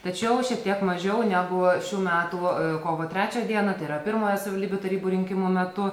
tačiau šiek tiek mažiau negu šių metų kovo trečią dieną tai yra pirmąją savivaldybių tarybų rinkimų metu